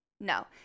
No